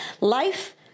life